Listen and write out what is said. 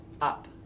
up